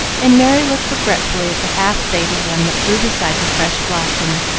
and merry looked regretfully at the half-faded one that grew beside the fresh blossom.